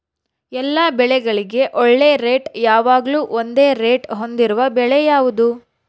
ಎಲ್ಲ ಬೆಳೆಗಳಿಗೆ ಒಳ್ಳೆ ರೇಟ್ ಯಾವಾಗ್ಲೂ ಒಂದೇ ರೇಟ್ ಹೊಂದಿರುವ ಬೆಳೆ ಯಾವುದು?